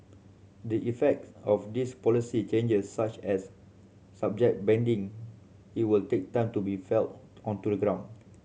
the effects of these policy changes such as subject banding it will take time to be felt on to the ground